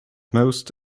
most